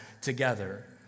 together